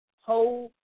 whole